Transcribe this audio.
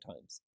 times